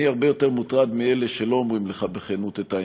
אני הרבה יותר מוטרד מאלה שלא אומרים לך בכנות את האמת,